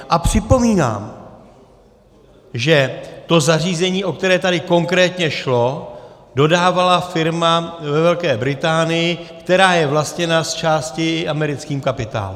A připomínám, že to zařízení, o které tady konkrétně šlo, dodávala firma ve Velké Británii, která je vlastněna zčásti americkým kapitálem.